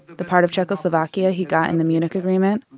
the part of czechoslovakia he got in the munich agreement,